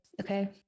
Okay